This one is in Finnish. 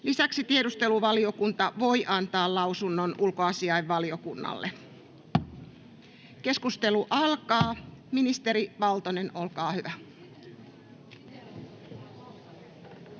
Lisäksi tiedusteluvalvontavaliokunta voi antaa lausunnon ulkoasiainvaliokunnalle. — Keskustelu alkaa. Ministeri Valtonen, olkaa hyvä.